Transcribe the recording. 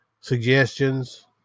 suggestions